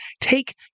take